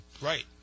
Right